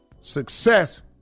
Success